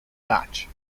dutch